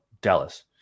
Dallas